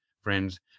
friends